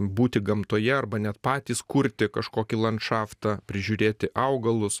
būti gamtoje arba net patys kurti kažkokį landšaftą prižiūrėti augalus